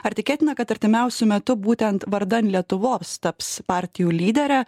ar tikėtina kad artimiausiu metu būtent vardan lietuvos taps partijų lyderė